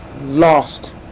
lost